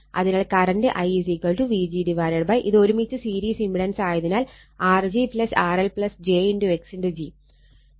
അതിനാൽ current I Vg ഇത് ഒരുമിച്ച് സീരീസ് ഇമ്പിടൻസ് ആയതിനാൽ R g RL j x g